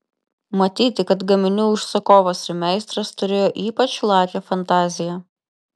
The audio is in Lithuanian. matyti kad gaminių užsakovas ir meistras turėjo ypač lakią fantaziją